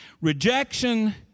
Rejection